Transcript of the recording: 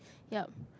yup